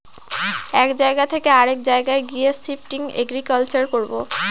এক জায়গা থকে অরেক জায়গায় গিয়ে শিফটিং এগ্রিকালচার করবো